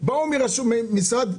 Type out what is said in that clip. תעריף המכס ופטורים ומס קנייה על טובין